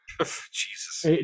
Jesus